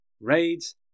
raids